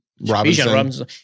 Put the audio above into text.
Robinson